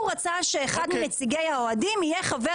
הוא רצה שאחד מנציגי האוהדים יהיה חבר